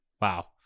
Wow